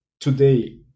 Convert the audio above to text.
Today